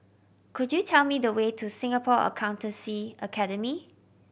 could you tell me the way to Singapore Accountancy Academy